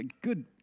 good